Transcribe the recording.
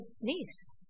niece